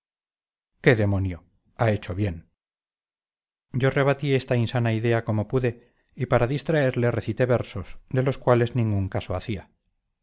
qué demonio ha hecho bien yo rebatí esta insana idea como pude y para distraerle recité versos de los cuales ningún caso hacía